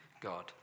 God